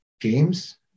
games